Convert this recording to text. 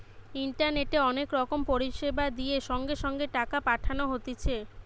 ইন্টারনেটে অনেক রকম পরিষেবা দিয়ে সঙ্গে সঙ্গে টাকা পাঠানো হতিছে